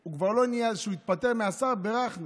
כשהוא התפטר מתפקיד השר, בירכנו